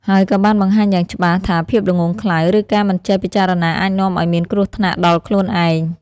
ហើយក៏បានបង្ហាញយ៉ាងច្បាស់ថាភាពល្ងង់ខ្លៅ ឬការមិនចេះពិចារណាអាចនាំឲ្យមានគ្រោះថ្នាក់ដល់ខ្លួនឯង។